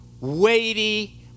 weighty